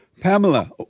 Pamela